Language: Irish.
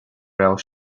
raibh